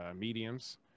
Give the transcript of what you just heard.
mediums